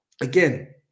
Again